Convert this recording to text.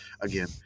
again